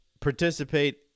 participate